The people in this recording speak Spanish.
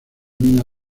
mina